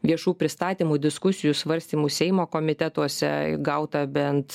viešų pristatymų diskusijų svarstymų seimo komitetuose gauta bent